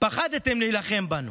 פחדתם להילחם בנו.